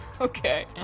Okay